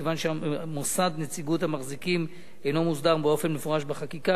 מכיוון שמוסד נציגות המחזיקים אינו מוסדר באופן מפורש בחקיקה,